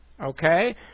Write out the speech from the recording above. Okay